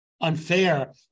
unfair